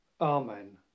Amen